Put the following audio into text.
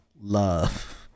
love